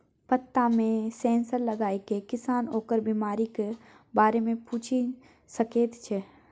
पत्तामे सेंसर लगाकए किसान ओकर बिमारीक बारे मे बुझि सकैत छै